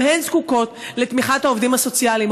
הן זקוקות לתמיכת העובדים הסוציאליים.